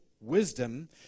wisdom